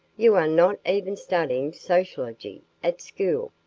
you are not even studying sociology at school.